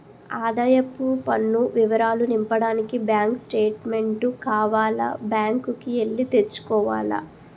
ఆదాయపు పన్ను వివరాలు నింపడానికి బ్యాంకు స్టేట్మెంటు కావాల బ్యాంకు కి ఎల్లి తెచ్చుకోవాల